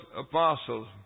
apostles